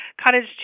cottage